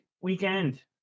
weekend